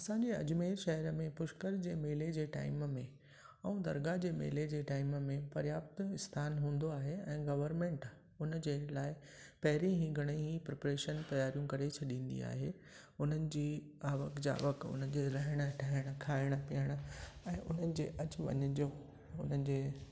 असांजे अजमेर शहर में पुष्कर जे मेले जे टाइम में ऐं दरगाह जे मेले जे टाइम में पर्याप्त स्थान हूंदो आहे ऐं गवरमेंट हुन जे लाइ पहिरियों ई घणेई प्रिपरेशन तयारियूं करे छॾंदी आहे उन्हनि जी आवक जावक उन्हनि जे रहण ठहणु खायणु पीअणु ऐं उन्हनि जे अचवञ जो उन्हनि जे